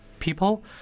people